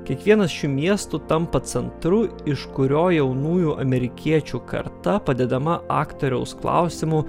kiekvienas šių miestų tampa centru iš kurio jaunųjų amerikiečių karta padedama aktoriaus klausimų